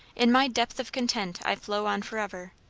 in my depth of content i flow on for ever.